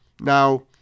Now